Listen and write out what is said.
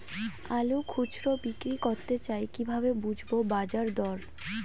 আলু খুচরো বিক্রি করতে চাই কিভাবে বুঝবো বাজার দর?